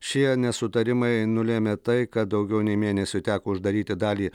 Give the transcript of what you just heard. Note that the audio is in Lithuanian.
šie nesutarimai nulėmė tai kad daugiau nei mėnesiui teko uždaryti dalį